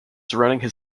surrounding